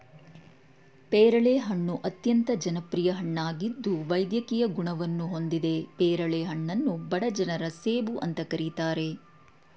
ಪೇರಳೆ ಹಣ್ಣು ಅತ್ಯಂತ ಜನಪ್ರಿಯ ಹಣ್ಣಾಗಿದ್ದು ವೈದ್ಯಕೀಯ ಗುಣವನ್ನು ಹೊಂದಿದೆ ಪೇರಳೆ ಹಣ್ಣನ್ನು ಬಡ ಜನರ ಸೇಬು ಅಂತ ಕರೀತಾರೆ